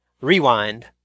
rewind